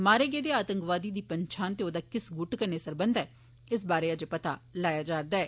मारे गेदे आतंकवादी दी पंछान ते ओह्दा किस गुट कन्नै सरबंध ऐ इस बारे अजें पता लाया जा'रदा ऐ